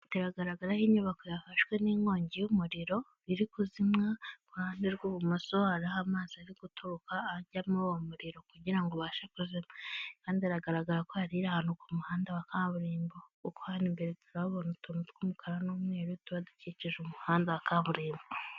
Bigaragara aho inyubako yafashwe n'inkongi y'umuriro iri kuzimywa, ku ruhande rw'ibumoso hariho amazi ari guturuka ajya muri uwo muriro kugira ubashe kuzima kandi aragaragara ko yari iri ahantu ku muhanda wa kaburimbo, kuko hano imbere turabona utuntu tw'umukara n'umweru tuba dukikije umuhanda wa kaburimbo.